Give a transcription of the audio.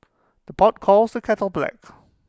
the pot calls the kettle black